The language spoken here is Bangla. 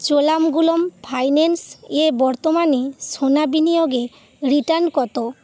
চোলামণ্ডলম ফাইনান্স এ বর্তমানে সোনা বিনিয়োগে রিটার্ন কত